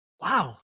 Wow